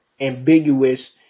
ambiguous